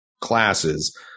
classes